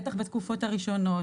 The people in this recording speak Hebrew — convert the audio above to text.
בטח בתקופות הראשונות,